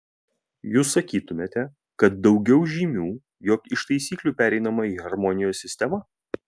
jūs sakytumėte kad daugiau žymių jog iš taisyklių pereinama į harmonijos sistemą